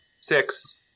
six